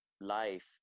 life